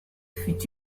fut